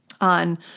on